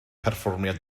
perfformiad